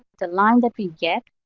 the line that we get,